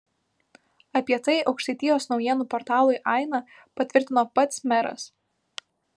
apie tai aukštaitijos naujienų portalui aina patvirtino pats meras